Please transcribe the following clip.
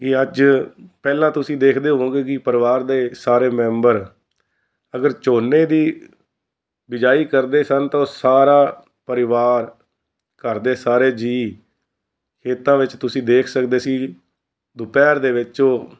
ਕਿ ਅੱਜ ਪਹਿਲਾਂ ਤੁਸੀਂ ਦੇਖਦੇ ਹੋਵੋਗੇ ਕਿ ਪਰਿਵਾਰ ਦੇ ਸਾਰੇ ਮੈਂਬਰ ਅਗਰ ਝੋਨੇ ਦੀ ਬਿਜਾਈ ਕਰਦੇ ਸਨ ਤਾਂ ਸਾਰਾ ਪਰਿਵਾਰ ਘਰ ਦੇ ਸਾਰੇ ਜੀਅ ਖੇਤਾਂ ਵਿੱਚ ਤੁਸੀਂ ਦੇਖ ਸਕਦੇ ਸੀ ਦੁਪਹਿਰ ਦੇ ਵਿੱਚ ਉਹ